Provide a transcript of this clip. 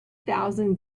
thousand